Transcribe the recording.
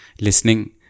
listening